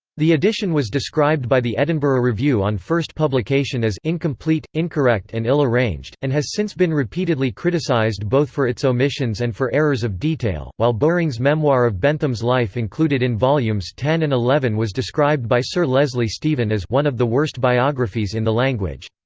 the edition was described by the edinburgh review on first publication as incomplete, incorrect and ill-arranged, and has since been repeatedly criticised both for its omissions and for errors of detail while bowring's memoir of bentham's life included in volumes ten and eleven was described by sir leslie stephen as one of the worst biographies in the language.